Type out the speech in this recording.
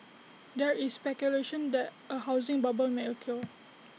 there is speculation that A housing bubble may occur